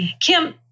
Kim